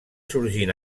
sorgint